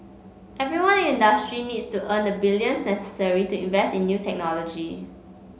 everyone in industry needs to earn the billions necessary to invest in new technology